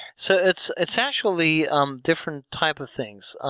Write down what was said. so it's it's actually um different type of things.